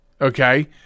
Okay